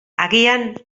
agian